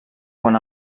quan